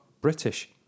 British